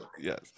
Yes